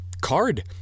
card